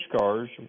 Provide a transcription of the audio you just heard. cars